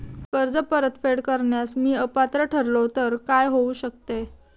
कर्ज परतफेड करण्यास मी अपात्र ठरलो तर काय होऊ शकते?